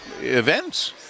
events